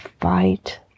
fight